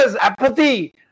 apathy